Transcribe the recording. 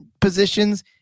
positions